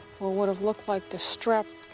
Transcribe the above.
what would have looked like the strap